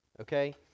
okay